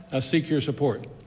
ah seek your support.